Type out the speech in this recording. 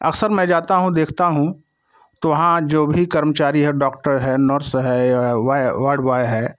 अक्सर मैं जाता हूँ देखता हूँ तो वहाँ जो भी कर्मचारी है डॉक्टर है नर्स है या वार्ड बॉय है